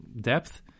depth